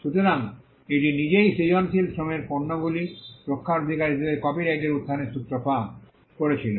সুতরাং এটি নিজেই সৃজনশীল শ্রমের পণ্যগুলি রক্ষার অধিকার হিসাবে কপিরাইটের উত্থানের সূত্রপাত করেছিল